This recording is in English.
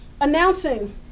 announcing